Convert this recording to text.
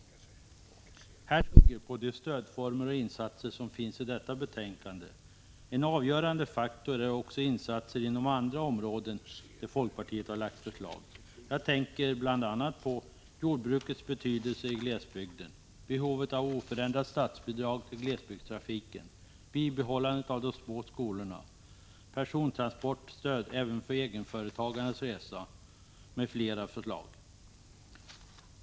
Här skall också nämnas att regionala insatser inte enbart bygger på de stödformer och insatser som finns i detta betänkande. En avgörande faktor är också insatser inom andra områden där folkpartiet lagt fram förslag. Jag tänker på jordbrukens betydelse i glesbygden, behovet av oförändrat statsbidrag till glesbygdstrafiken, bibehållandet av de små skolorna, persontransportstöd även för egenföretagares resa, m.fl. förslag.